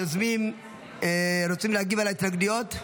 היוזמים רוצים להגיב על ההתנגדויות?